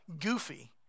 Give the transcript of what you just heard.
goofy